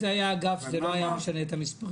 אם זה היה אגף זה לא היה משנה את המספרים.